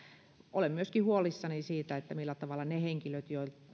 olen huolissani myöskin siitä millä tavalla niiden henkilöiden